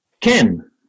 Ken